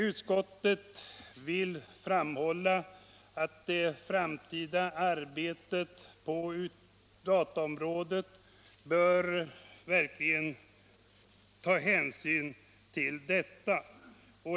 Utskottet vill framhålla att det framtida arbetet på dataområdet verkligen bör ta hänsyn till detta.